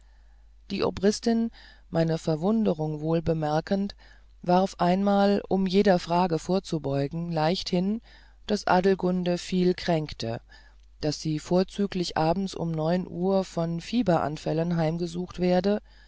die obristin meine verwunderung wohl bemerkend warf einmal um jeder frage vorzubeugen leicht hin daß adelgunde viel kränkte daß sie vorzüglich abends um neun uhr von fieberanfällen heimgesucht werde